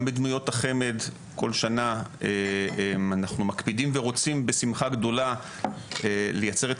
גם בדמויות החמ"ד כל שנה אנחנו מקפידים ורוצים בשמחה גדולה לייצר את